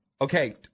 Okay